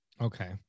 okay